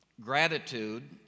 gratitude